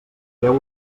veu